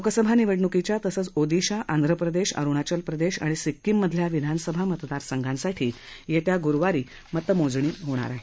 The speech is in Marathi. लोकसभा निवडणुकीच्या तसंच ओदिशा आंध्रप्रदेश अरुणाचल प्रदेश आणि सिक्कीम मधल्या विधानसभा मतदारसंघासाठी येत्या गुरुवारी मतमोजणी होणार आहे